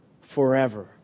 forever